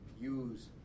use